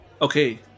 Okay